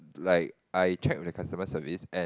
like I check with the customer service and